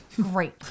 Great